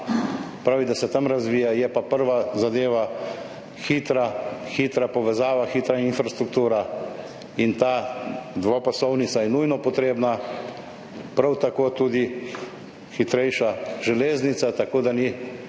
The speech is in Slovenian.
Prav je, da se tam razvija, je pa prva zadeva hitra povezava, hitra infrastruktura. Ta dvopasovnica je nujno potrebna, prav tako tudi hitrejša železnica, tako da ni nobene